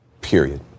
period